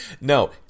no